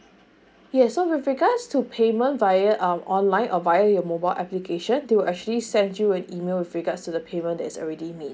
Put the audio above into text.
yes so with regards to payment via um online or via your mobile application they will actually send you an email with regards to the payment that is already made